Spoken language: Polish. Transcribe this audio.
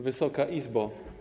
Wysoka Izbo!